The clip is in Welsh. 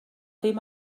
ddim